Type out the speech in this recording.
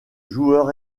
joueur